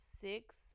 six